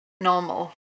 normal